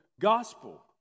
gospel